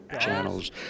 channels